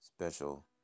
special